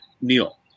Neil